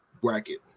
bracket